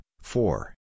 four